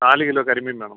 നാല് കിലോ കരിമീൻ വേണം